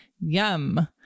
Yum